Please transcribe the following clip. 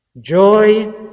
Joy